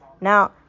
Now